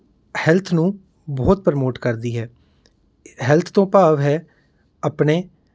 health ਨੂੰ ਬਹੁਤ promote ਕਰਦੀ ਹੈ ਹੈਲਥ ਤੋਂ ਭਾਵ ਹੈ ਆਪਣੇ